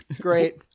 great